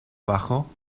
bajo